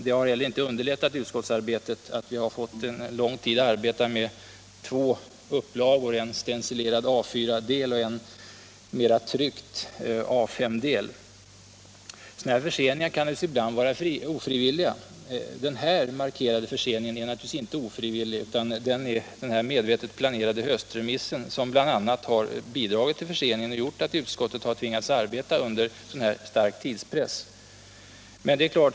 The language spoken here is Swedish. Det har heller inte underlättat utskottsarbetet att vi under lång tid fick arbeta med två upplagor, en stencilerad A4-del och en tryckt AS-del. Sådana förseningar kan naturligtvis ibland vara ofrivilliga. Den här markanta förseningen är givetvis inte ofrivillig. Det är bl.a. den medvetet planerade höstremissen som har bidragit till förseningen och gjort att utskottet tvingats arbeta under stark tidspress.